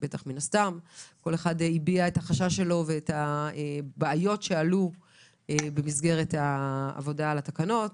כל אחד הביע את החשש שלו ואת הבעיות שעלו במסגרת העבודה על התקנות,